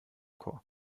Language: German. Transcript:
chor